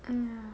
hmm